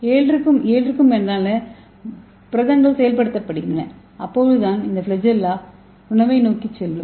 7 க்கும் மேற்பட்ட புரதங்கள் செயல்படுத்தப்படுகின்றன அப்போதுதான் இந்த ஃபிளாஜெல்லா உணவை நோக்கிச் செல்லும்